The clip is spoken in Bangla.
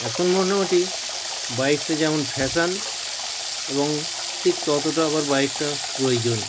এখন মোটামোটি বাইকটা যেমন ফ্যাশান এবং ঠিক ততটা আবার বাইকটা প্রয়োজন